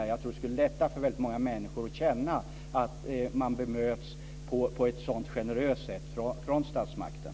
Jag tror att det skulle göra det lättare för väldigt många människor om de kände att de bemöttes på ett sådant generöst sätt av statsmakten.